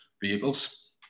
vehicles